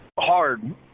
Hard